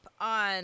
on